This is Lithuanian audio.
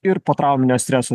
ir potrauminio streso